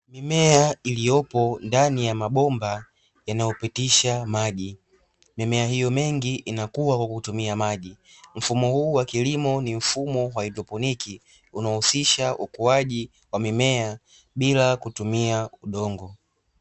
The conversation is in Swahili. Mimea iliyopo ndani ya mabomba yanayopitisha maji. Mimea hiyo mingi inakuwa kwa kutumia maji. Mfumo huu wa kilimo ni mfumo wa haidroponiki unaohusisha ukuaji wa mimea bila kutumia udongo.